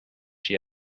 she